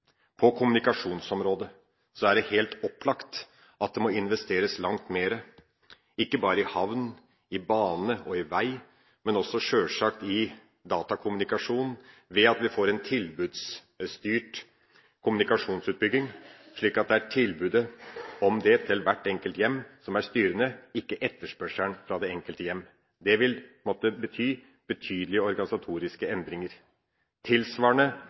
På kommunikasjonsområdet er det helt opplagt at det må investeres langt mer – ikke bare i havn, i bane og i vei, men sjølsagt også i datakommunikasjon ved at vi får en tilbudsstyrt kommunikasjonsutbygging – slik at det er tilbudet om det til hvert enkelt hjem som er styrende, ikke etterspørselen fra det enkelte hjem. Det vil måtte bety betydelige organisatoriske endringer. Tilsvarende